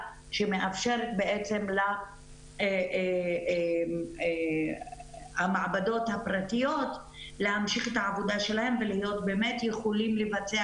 שמאפשרת בעצם למעבדות הפרטיות להמשיך את העבודה שלהן ולהיות מסוגלות לבצע